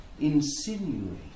insinuate